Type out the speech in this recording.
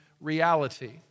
reality